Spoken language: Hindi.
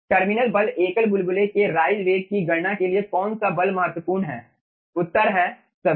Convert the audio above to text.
टर्मिनल बल एकल बुलबुले के राइज वेग की गणना के लिए कौन सा बल महत्वपूर्ण है उत्तर है सभी